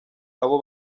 abo